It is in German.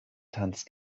tanzt